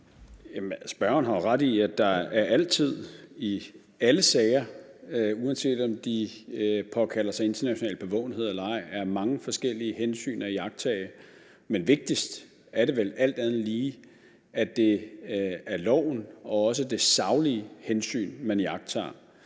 Spørgeren har jo ret i, at der altid og i alle sager, uanset om de påkalder sig international bevågenhed eller ej, er mange forskellige hensyn at iagttage, men vigtigst er det vel alt andet lige, at det er loven og også det saglige hensyn, man iagttager.